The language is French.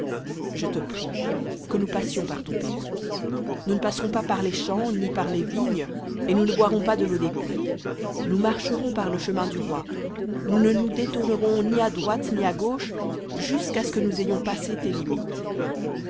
je te prie que nous passions par ton pays nous ne passerons pas par les champs ni par les vignes et nous ne boirons pas de l'eau des puits nous marcherons par le chemin du roi nous ne nous détournerons ni à droite ni à gauche jusqu'à ce que nous ayons passé tes limites